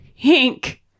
pink